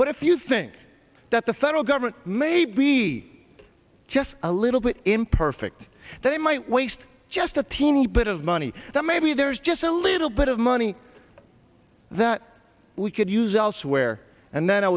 but if you think that the federal government may be just a little bit imperfect they might waste just a teeny bit of money that maybe there's just a little bit of money that we could use elsewhere and then i